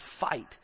fight